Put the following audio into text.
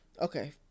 Okay